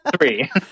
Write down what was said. three